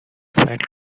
flat